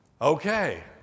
Okay